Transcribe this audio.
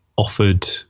offered